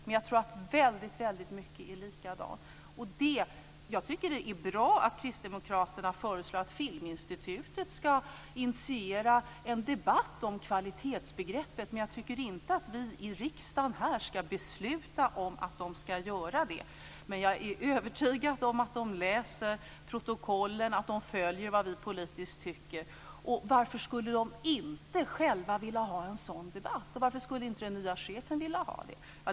Men jag tror att mycket är likadant. Det är bra att Kristdemokraterna föreslår att Filminstitutet ska initiera en debatt om kvalitetsbegreppet, men jag tycker inte att vi i riksdagen ska besluta om att institutet ska göra det. Jag är övertygad om att de på Filminstitutet läser protokollen och följer vad vi tycker. Varför skulle de inte själva vilja ha en sådan debatt? Varför skulle inte den nya chefen vilja ha det?